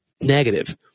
negative